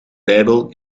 bijbel